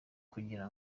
kugira